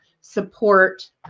support